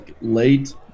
late